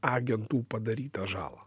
agentų padarytą žalą